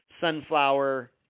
Sunflower